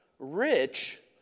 Rich